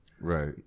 Right